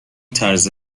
طرز